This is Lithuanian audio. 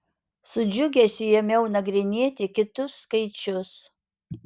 su džiugesiu ėmiau nagrinėti kitus skaičius